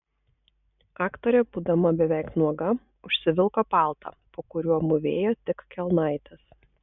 aktorė būdama beveik nuoga užsivilko paltą po kuriuo mūvėjo tik kelnaites